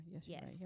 yes